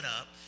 up